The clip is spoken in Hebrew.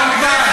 פולקמן,